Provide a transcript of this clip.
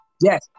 Yes